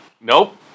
Nope